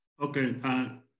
Okay